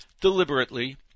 deliberately